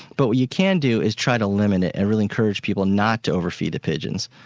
but what you can do is try to limit it and really encourage people not to overfeed the pigeons.